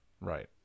Right